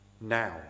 now